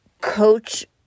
coach